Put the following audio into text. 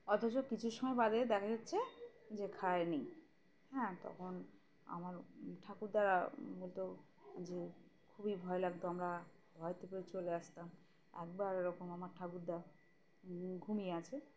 অথচ কিছু সময় বাদে দেখা যাচ্ছে যে খায়নি হ্যাঁ তখন আমার ঠাকুরদারা বলতো যে খুবই ভয় লাগতো আমরা ভয়তে পে চলে আসতাম একবার এরকম আমার ঠাকুরদা ঘুমিয়ে আছে